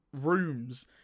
rooms